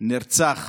לא נראה